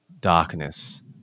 darkness